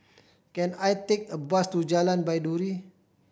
can I take a bus to Jalan Baiduri